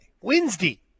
Wednesday